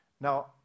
Now